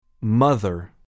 Mother